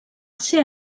ser